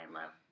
love